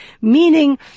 meaning